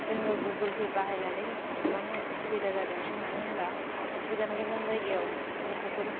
जोंयो Google Pay बाहायनानै गोबां सुबिदा जादों मानो होनोबा गोजान गोजान जायगायाव गथ'फोर